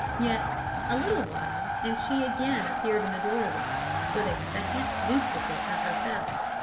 yet a little while and she again appeared in the doorway with a second duplicate of herself.